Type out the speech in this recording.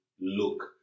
look